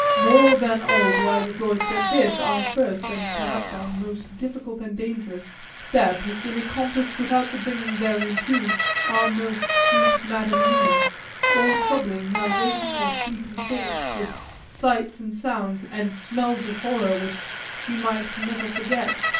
more than all do i rejoice that this, our first and perhaps our most difficult and dangerous step has been accomplished without the bringing thereinto our most sweet madam mina or troubling her waking or sleeping thoughts with sights and sounds and smells of horror which she might never forget.